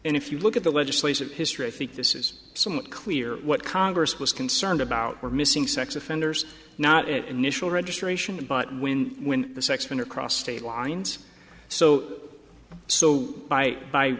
and if you look at the legislative history i think this is somewhat clear what congress was concerned about were missing sex offenders not initial registration but when when the sex offender crossed state lines so so by by